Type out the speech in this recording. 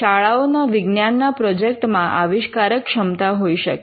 શાળાઓના વિજ્ઞાનના પ્રોજેક્ટ માં આવિષ્કારક ક્ષમતા હોઈ શકે